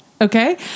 Okay